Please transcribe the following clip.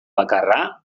bakarra